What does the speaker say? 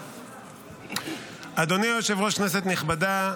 אדוני היושב-ראש, כנסת נכבדה,